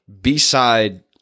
B-side